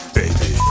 baby